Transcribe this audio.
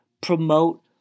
promote